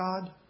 God